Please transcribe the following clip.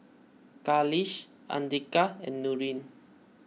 Khalish andika and Nurin